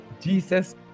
Jesus